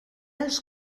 els